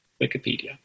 Wikipedia